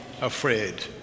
afraid